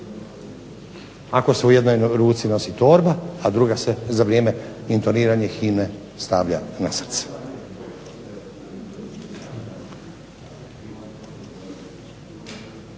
ako se u jednoj ruci nosi torba a druga se za vrijeme intoniranja himne stavlja na srce.